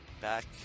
back